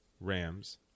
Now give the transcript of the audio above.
Rams